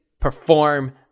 perform